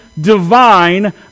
divine